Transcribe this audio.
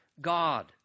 God